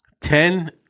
ten